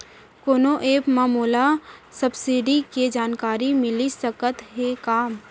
कोनो एप मा मोला सब्सिडी के जानकारी मिलिस सकत हे का?